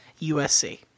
USC